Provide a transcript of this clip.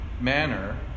manner